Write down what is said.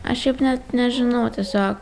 aš šiaip net nežinau tiesiog